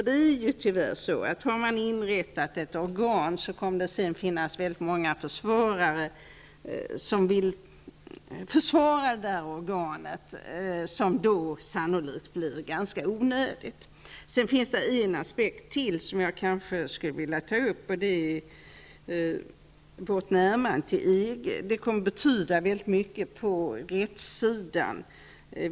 Det är tyvärr så att har man inrättat ett organ, kommer det sedan att finnas väldigt många som försvarar det, även om det sannolikt blir ganska onödigt. Sedan finns det en aspekt till som jag skulle vilja ta upp, och det är vårt närmande till EG. Det kommer att betyda väldigt mycket på rättssidan.